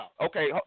Okay